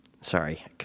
Sorry